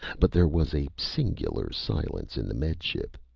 but there was a singular silence in the med ship.